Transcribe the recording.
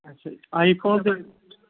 ਅੱਛਾ ਜੀ ਆਈਫੋਨ